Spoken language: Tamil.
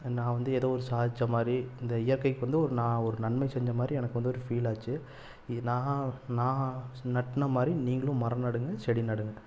நான் வந்து எதோ ஒன்று சாதித்த மாதிரி இந்த இயற்கைக்கு வந்து ஒரு நான் ஒரு நன்மை செஞ்ச மாதிரி எனக்கு வந்து ஒரு ஃபீல் ஆச்சு இ நான் நான் நட்ட மாதிரி நீங்களும் மரம் நடுங்கள் செடி நடுங்கள்